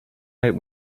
right